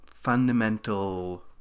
fundamental